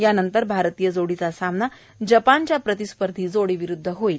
यानंतर भारतीय जोडीचा सामना जपानच्या प्रतिस्पर्धी जोडीविरूद्ध होणार आहे